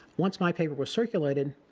once my paper was circulated,